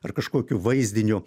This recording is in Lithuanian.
ar kažkokiu vaizdiniu